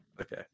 Okay